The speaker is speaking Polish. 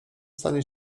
stanie